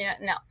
No